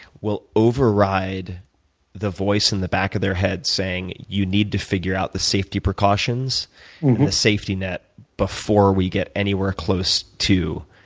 will override the voice in the back of their head saying you need to figure out the safety precautions and the safety net before we get anywhere close to